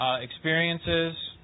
experiences